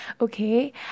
Okay